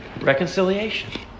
reconciliation